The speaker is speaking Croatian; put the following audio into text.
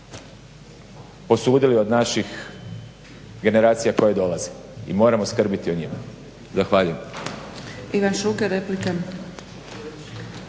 osudili od naših generacija koje dolaze i moramo skrbiti o njima. Zahvaljujem.